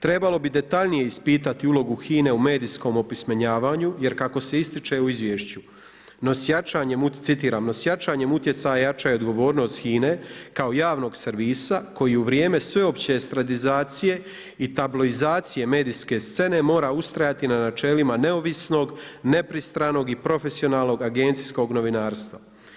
Trebalo bi detaljnije ispitati ulogu HINA u medijskom opismenjavanju, jer kako se ističe u izvješću, citiram, no s jačanjem utjecaja, jača je odgovornost HINA-e kao javnog servisa koji u vrijeme sveopće estradizacije i tabloizacije medijske scene mora ustajati na načelima neovisnog, nepristranog i profesionalnog agencijskog novinarstva.